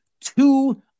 two